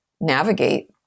navigate